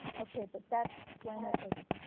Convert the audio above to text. okay. but that's when it was